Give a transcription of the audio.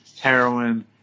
heroin